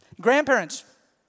Grandparents